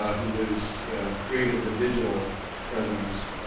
ah who has created the digital presence.